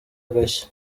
agashya